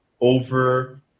over